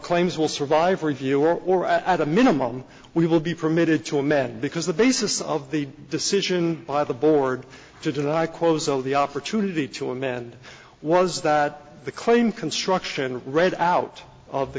claims will survive review or at a minimum we will be permitted to amend because the basis of the decision by the board to deny kozel the opportunity to amend was that the claim construction read out of the